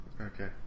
Okay